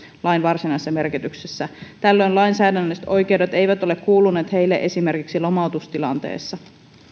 lain varsinaisessa merkityksessä tällöin lainsäädännölliset oikeudet eivät ole kuuluneet heille esimerkiksi lomautustilanteessa